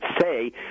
say